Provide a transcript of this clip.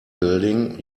building